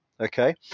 okay